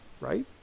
Right